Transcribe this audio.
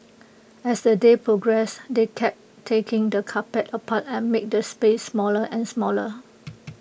as the day progressed they kept taking the carpet apart and making the space smaller and smaller